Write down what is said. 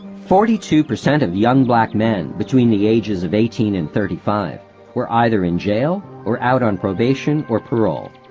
forty two percent of young black men between the ages of eighteen and thirty five were either in jail, or out on probation or parole.